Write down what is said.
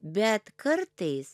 bet kartais